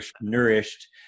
nourished